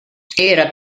era